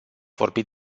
vorbit